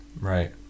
Right